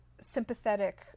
sympathetic